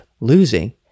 losing